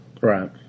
Right